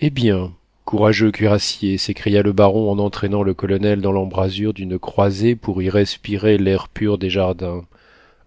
eh bien courageux cuirassier s'écria le baron en entraînant le colonel dans l'embrasure d'une croisée pour y respirer l'air pur des jardins